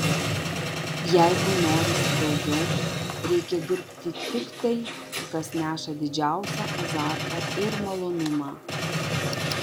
jeigu norisi daugiau reikia dirbti tik tai kas neša didžiausią azartą ir malonumą